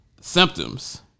symptoms